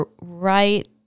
right